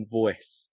voice